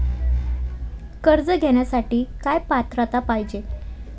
कर्ज घेण्यासाठी काय पात्रता पाहिजे?